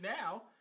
now